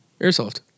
Airsoft